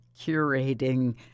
curating